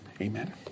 Amen